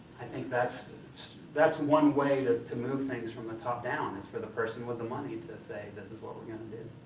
that's that's one way to to move things from the top down, is for a person with a money to say this is what we're gonna